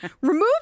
remove